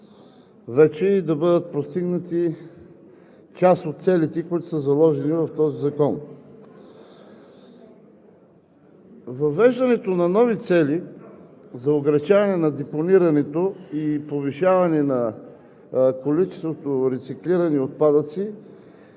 вече и да бъдат постигнати част от целите, които са заложени в този закон. Въвеждането на нови цели за увеличаване на депонирането и повишаване на количеството рециклирани отпадъци